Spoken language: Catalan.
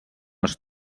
els